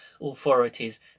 authorities